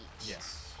Yes